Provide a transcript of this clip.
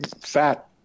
fat